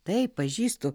taip pažįstu